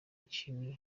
ikintu